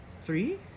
Three